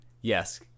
yes